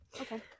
Okay